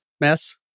mess